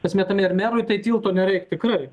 esmė tame kad merui tai tilto nereik tikrai